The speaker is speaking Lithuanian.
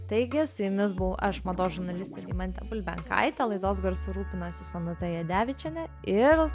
taigi su jumis buvau aš mados žurnalistė deimantė bulbenkaitė laidos garsu rūpinosi sonata jadevičienė ir